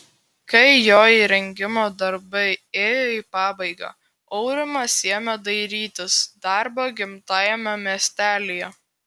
kai jo įrengimo darbai ėjo į pabaigą aurimas ėmė dairytis darbo gimtajame miestelyje